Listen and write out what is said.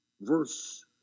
verse